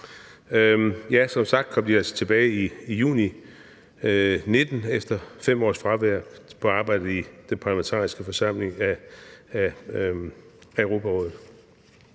Som sagt kom de altså tilbage i juni 2019 efter 5 års fravær fra arbejdet i Den Parlamentariske Forsamling i Europarådet.